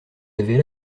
avez